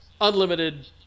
unlimited